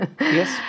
yes